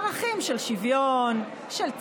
ערכים של שוויון, של צדק,